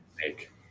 make